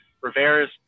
Rivera's